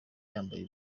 yambaye